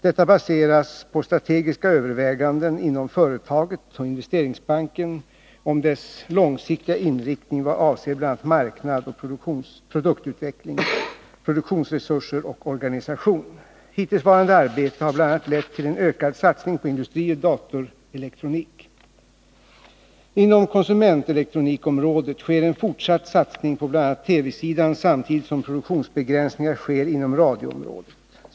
Detta baseras på strategiska överväganden inom företaget och Investeringsbanken om företagets långsiktiga inriktning vad avser bl.a. marknad och produktutveckling, produktionsresurser och organisation. Hittillsvarande arbete har bl.a. lett till en ökad satsning på industrioch datorelektronik. Inom konsumentelektronikområdet sker en fortsatt satsning på bl.a. TV-sidan samtidigt som produktionsbegränsningar sker inom radioområdet.